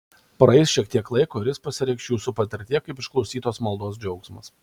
praeis šiek tiek laiko ir jis pasireikš jūsų patirtyje kaip išklausytos maldos džiaugsmas